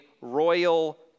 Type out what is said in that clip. royal